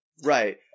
Right